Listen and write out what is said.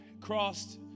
crossed